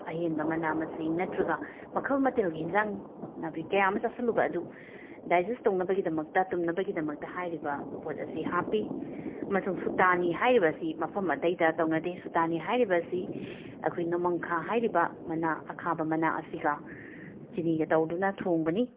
ꯑꯍꯦꯟꯕ ꯃꯅꯥ ꯃꯁꯤꯡ ꯅꯠꯇ꯭ꯔꯒ ꯃꯈꯜ ꯃꯊꯦꯜꯒꯤ ꯍꯤꯟꯖꯥꯡ ꯅꯥꯄꯤ ꯀꯌꯥ ꯑꯃ ꯆꯥꯁꯤꯜꯂꯨꯕ ꯑꯗꯨ ꯗꯥꯏꯖꯦꯁ ꯇꯧꯅꯕꯒꯤꯗꯃꯛꯇ ꯇꯨꯝꯅꯕꯒꯤꯗꯃꯛꯇ ꯍꯥꯏꯔꯤꯕ ꯄꯣꯠ ꯑꯁꯤ ꯍꯥꯞꯄꯤ ꯑꯃꯁꯨꯡ ꯁꯨꯇꯥꯅꯤ ꯍꯥꯏꯔꯤꯕ ꯑꯁꯤ ꯃꯐꯝ ꯑꯇꯩꯗ ꯇꯧꯅꯗꯦ ꯁꯨꯇꯥꯅꯤ ꯍꯥꯏꯔꯤꯕꯁꯤ ꯑꯩꯈꯣꯏ ꯅꯣꯡꯃꯪꯈꯥ ꯍꯥꯏꯔꯤꯕ ꯃꯅꯥ ꯑꯈꯥꯕ ꯃꯅꯥ ꯑꯁꯤꯒ ꯆꯤꯅꯤꯒ ꯇꯧꯗꯨꯅ ꯊꯣꯡꯕꯅꯤ